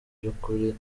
by’ukuri